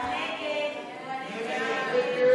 ההסתייגות של חבר הכנסת מנואל